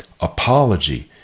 apology